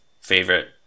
favorite